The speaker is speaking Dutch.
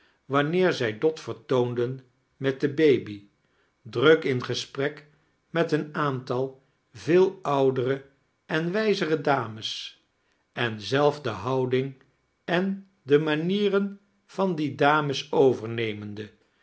wanneer zij dot vertoonden met de baby druk in gesprek met een aantal veel oudere esn wijzere dames en zelf de houding en de manieren van die dames overnemende